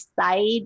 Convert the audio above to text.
side